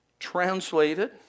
translated